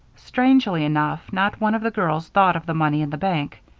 strangely enough, not one of the girls thought of the money in the bank.